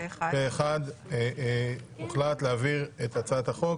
הצבעה בעד ההצעה להעביר את הצעת החוק